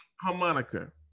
harmonica